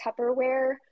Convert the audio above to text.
Tupperware